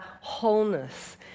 wholeness